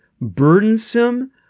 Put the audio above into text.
burdensome